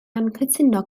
anghytuno